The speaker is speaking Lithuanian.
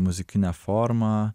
muzikinę formą